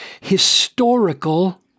historical